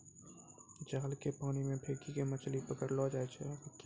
जाल के पानी मे फेकी के मछली पकड़लो जाय छै